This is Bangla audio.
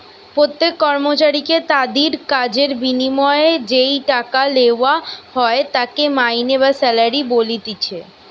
প্রত্যেক কর্মচারীকে তাদির কাজের বিনিময়ে যেই টাকা লেওয়া হয় তাকে মাইনে বা স্যালারি বলতিছে